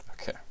Okay